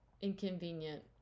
inconvenient